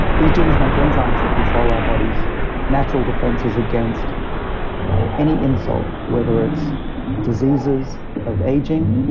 these genes make enzymes that control our body's natural defenses against any insult, whether it's diseases of aging,